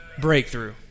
breakthrough